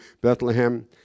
Bethlehem